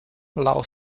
laŭ